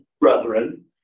brethren